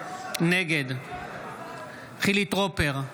נגד חילי טרופר,